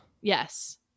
Yes